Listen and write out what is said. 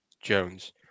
Jones